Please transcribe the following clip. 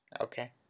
Okay